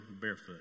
barefoot